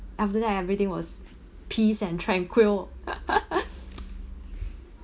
after that everything was peace and tranquil